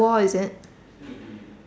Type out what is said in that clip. wall is it